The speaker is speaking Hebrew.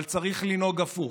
אבל צריך לנהוג הפוך: